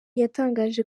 yatangaje